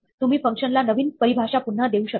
तुम्ही फंक्शनला नवीन परिभाषा पुन्हा देऊ शकता